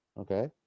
Okay